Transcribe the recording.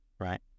Right